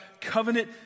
covenant